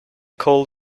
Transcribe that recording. coal